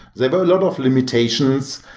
there were a lot of limitations.